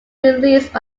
released